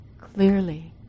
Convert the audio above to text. clearly